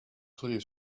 clear